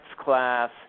class